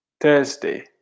Thursday